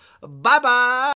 Bye-bye